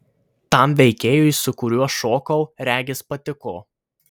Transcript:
tam veikėjui su kuriuo šokau regis patiko